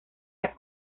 las